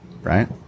right